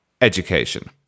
education